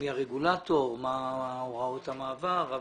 מי הרגולטור, מה הוראות המעבר.